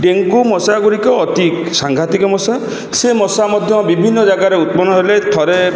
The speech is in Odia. ଡେଙ୍ଗୁ ମଶା ଗୁଡ଼ିକ ଅତି ସାଙ୍ଘାତିକ ମଶା ସେ ମଶା ମଧ୍ୟ ବିଭିନ୍ନ ଜାଗାରେ ଉତ୍ପନ୍ନ ହେଲେ ଥରେ